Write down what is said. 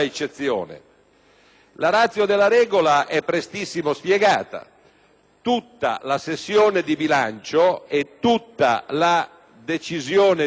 La *ratio* della regola è prestissimo spiegata: tutta la sessione e tutta la decisione di bilancio